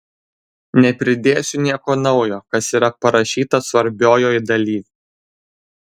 nepridėsiu nieko naujo kas yra parašyta svarbiojoj daly